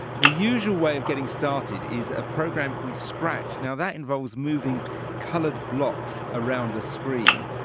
the usual way of getting started is a program called scratch. now that involves moving coloured blocks around a screen.